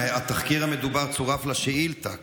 התחקיר המדובר צורף לשאילתה,